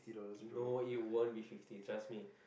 no it won't be fifty trust me